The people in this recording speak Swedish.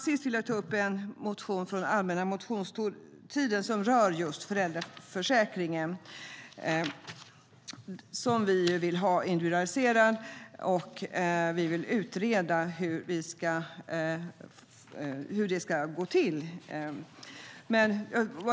Sist vill jag ta upp en motion från allmänna motionstiden som rör just föräldraförsäkringen, som vi vill ha individualiserad. Vi vill utreda hur det ska gå till.